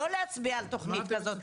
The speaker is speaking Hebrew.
לא להצביע על תכנית כזאת.